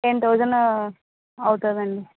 ten thousand అవుతుందండి